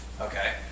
Okay